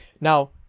Now